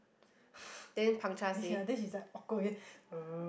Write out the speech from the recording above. yeah then she's like awkward again uh